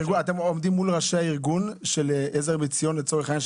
אתם עובדים מול ראשי הארגון של עזר מציון לצורך העניין,